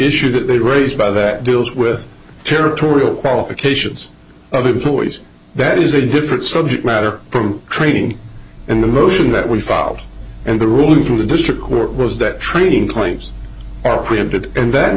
issue that they were raised by that deals with territorial qualifications of employees that is a different subject matter from training and the motion that we filed and the ruling through the district court was that training claims are preempted and that